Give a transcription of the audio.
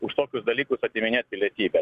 už tokius dalykus atiminėt pilietybę